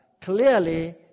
clearly